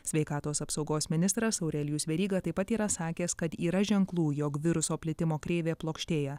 sveikatos apsaugos ministras aurelijus veryga taip pat yra sakęs kad yra ženklų jog viruso plitimo kreivė plokštėja